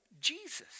Jesus